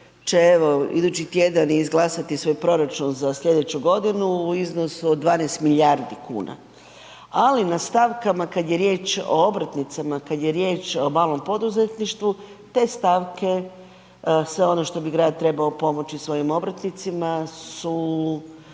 evo idući tjedan izglasati svoj proračun za slijedeću godinu u iznosu od 12 milijardi kuna, ali na stavkama kad je riječ o obrtnicama, kad je riječ o malom poduzetništvu te stavke, sve ono što bi grad trebao pomoći svojim obrtnicima su